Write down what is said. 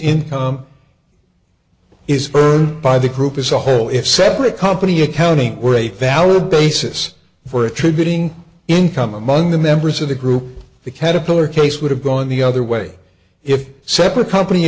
income is earned by the group as a whole if separate company accounting were a valid basis for attributing income among the members of the group the caterpillar case would have gone the other way if separate company